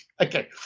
Okay